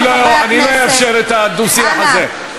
אני לא אאפשר את הדו-שיח הזה.